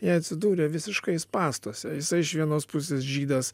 jie atsidūrė visiškai spąstuose jisai iš vienos pusės žydas